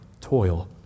toil